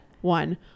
One